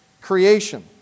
creation